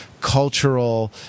Cultural